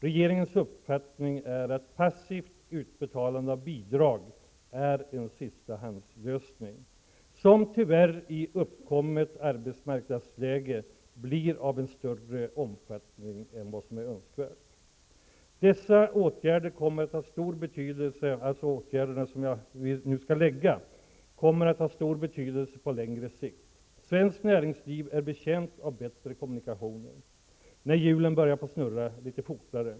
Regeringens uppfattning är att passivt utbetalande av bidrag är en sistahandslösning, som tyvärr i uppkommet arbetsmarknadsläge blir av större omfattning än vad som är önskvärt. De åtgärder som jag kommer att föreslå kommer att ha stor betydelse på längre sikt. Svenskt näringsliv är betjänt av bättre kommunikationer när hjulen börjar snurra litet fortare.